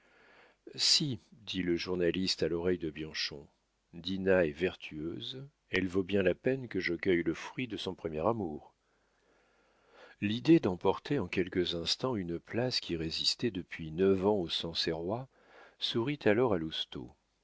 si dit le journaliste à l'oreille de bianchon dinah est vertueuse elle vaut bien la peine que je cueille le fruit de son premier amour l'idée d'emporter en quelques instants une place qui résistait depuis neuf ans aux sancerrois sourit alors à